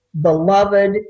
beloved